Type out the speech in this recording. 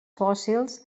fòssils